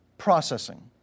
Processing